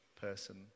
person